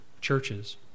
churches